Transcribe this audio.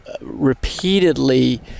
repeatedly